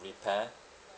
repair